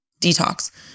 detox